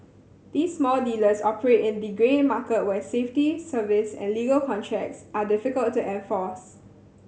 these small dealers operate in the grey market where safety service and legal contracts are difficult to enforce